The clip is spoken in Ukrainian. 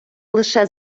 лише